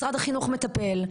משרד החינוך מטפל,